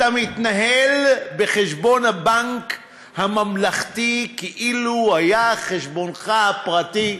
אתה מתנהל בחשבון הבנק הממלכתי כאילו היה חשבונך הפרטי,